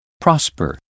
prosper